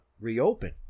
reopen